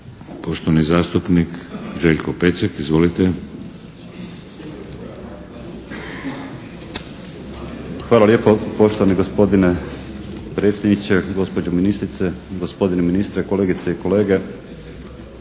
poštovani zastupnik Željko Pecek. Izvolite. **Pecek, Željko (HSS)** Hvala lijepo poštovani gospodine predsjedniče, gospođo ministrice, gospodine ministre, kolegice i kolege.